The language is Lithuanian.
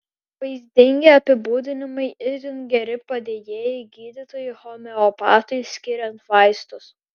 vaizdingi apibūdinimai itin geri padėjėjai gydytojui homeopatui skiriant vaistus